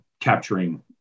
capturing